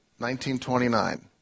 1929